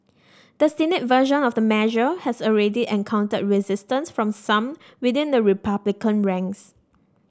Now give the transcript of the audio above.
the Senate version of the measure has already encountered resistance from some within the Republican ranks